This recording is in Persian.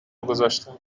گذاشتم